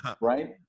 right